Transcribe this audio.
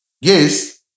Yes